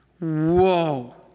Whoa